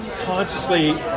consciously